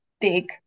big